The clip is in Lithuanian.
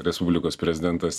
respublikos prezidentas